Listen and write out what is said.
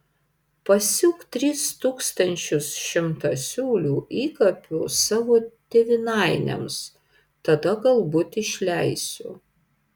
pasiūk tris tūkstančius šimtasiūlių įkapių savo tėvynainiams tada galbūt išleisiu